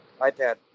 iPad